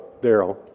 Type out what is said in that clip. daryl